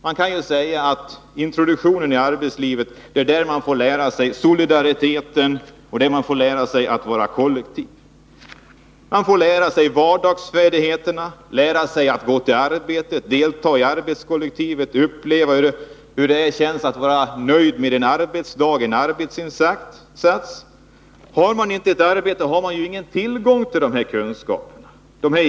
Man kan säga att det är genom introduktionen i arbetslivet som man får lära sig solidaritet och att vara kollektiv. Man får lära sig vardagsfärdigheterna, att gå till arbetet, delta i arbetskollektivet, uppleva hur det känns att vara nöjd med en arbetsinsats och en arbetsdag. Har man inte ett arbete har man inte tillgång till dessa kunskaper.